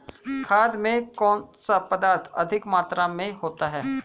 खाद में कौन सा पदार्थ अधिक मात्रा में होता है?